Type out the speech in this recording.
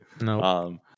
No